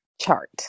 chart